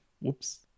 whoops